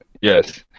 yes